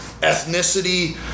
ethnicity